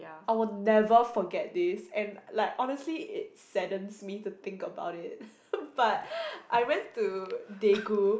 I will never forget this and like honestly it saddens me to think about it but I went to Daegu